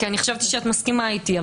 כי חשבתי שאת מסכימה איתי.